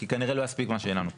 כי כנראה לא יספיק מה שיהיה לנו פה.